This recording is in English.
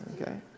Okay